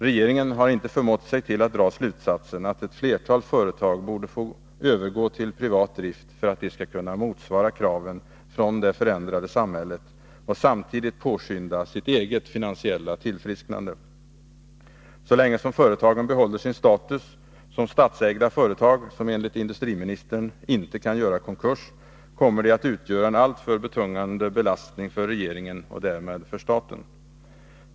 Regeringen har inte förmått sig till att dra slutsatsen, att ett flertal företag borde få övergå till Nr 105 privat drift för att de skall kunna motsvara kraven från det förändrade samhället och samtidigt påskynda sitt eget finansiella tillfrisknande. Så länge som företagen behåller sin status som statsägda företag, som enligt industriministern ”inte kan göra konkurs”, kommer de att utgöra en alltför Rekonstruktion betungande belastning för regeringen och därmed för staten.